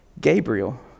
Gabriel